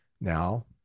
Now